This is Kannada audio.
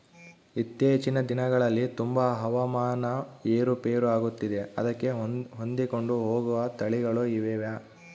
ಇತ್ತೇಚಿನ ದಿನಗಳಲ್ಲಿ ತುಂಬಾ ಹವಾಮಾನ ಏರು ಪೇರು ಆಗುತ್ತಿದೆ ಅದಕ್ಕೆ ಹೊಂದಿಕೊಂಡು ಹೋಗುವ ತಳಿಗಳು ಇವೆಯಾ?